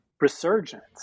resurgence